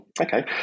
Okay